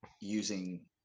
using